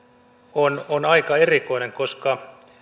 on on aika erikoinen koska